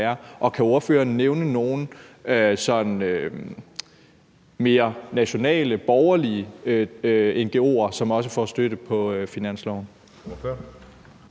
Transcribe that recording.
Og kan ordføreren nævne nogle sådan mere national-borgerlige ngo'er, som også får støtte på finansloven?